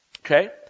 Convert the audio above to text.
okay